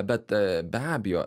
bet be abejo